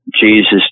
Jesus